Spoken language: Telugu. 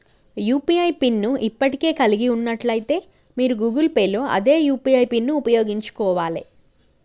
యూ.పీ.ఐ పిన్ ను ఇప్పటికే కలిగి ఉన్నట్లయితే మీరు గూగుల్ పే లో అదే యూ.పీ.ఐ పిన్ను ఉపయోగించుకోవాలే